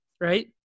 right